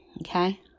Okay